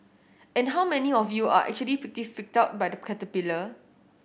and how many of you are actually pretty freaked out by the caterpillar